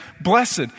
blessed